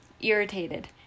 irritated